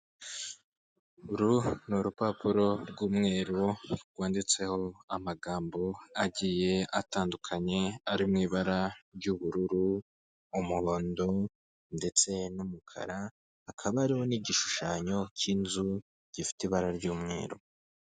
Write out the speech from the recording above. Uru ni urupapuro rw'umweru, rwanditseho amagambo agiye atandukanye, ari mu ibara ry'ubururu, umuhondo, ndetse n'umukara, akaba hariho n'igishushanyo cy'inzu, gifite ibara ry'umweru.